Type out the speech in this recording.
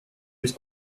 was